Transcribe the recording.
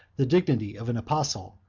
the dignity of an apostle,